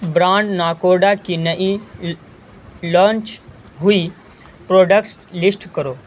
brand Nakoda کی نئی launch ہوئی پروڈکٹس لیسٹ کرو